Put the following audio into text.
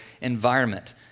environment